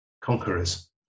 conquerors